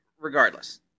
regardless